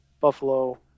Buffalo